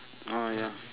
orh ya